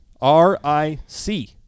R-I-C